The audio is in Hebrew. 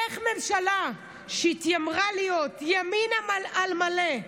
איך ממשלה שהתיימרה להיות ימין על מלא,